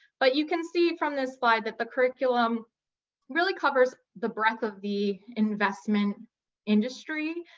but you can see from this slide, that the curriculum really covers the breadth of the investment industry,